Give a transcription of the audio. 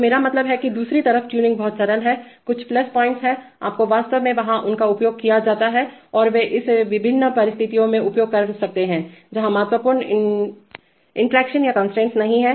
तो मेरा मतलब है कि दूसरी तरफ ट्यूनिंग बहुत सरल है कुछ प्लस पॉइंट्स हैंआपको वास्तव में वहां उनका उपयोग किया जाता है और वे इसे विभिन्न परिस्थितियों में उपयोग कर सकते हैं जहां महत्वपूर्ण इंट्रोडक्शन या कंस्ट्रेंट्स नहीं हैं